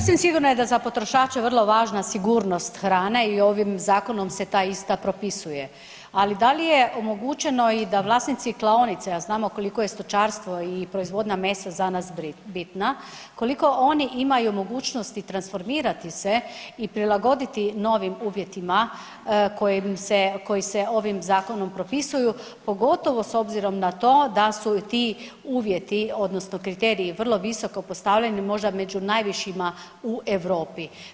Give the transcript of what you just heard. Sasvim sigurno je da je za potrošače vrlo važna sigurnost hrane i ovim zakonom se ta ista propisuje, ali da li je omogućeno i da vlasnici klaonica, a znamo koliko je stočarstvo i proizvodnja mesa za nas bitna, koliko oni imaju mogućnosti transformirati se i prilagoditi novim uvjetima koji se ovim zakonom propisuju, pogotovo s obzirom na to da su ti uvjeti odnosno kriteriji vrlo visoko postavljeni, možda među najvišima u Europi.